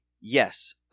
yes